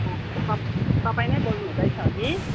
तप तपाईँ नै बोल्नुहुँदैछ हगि